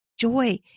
Joy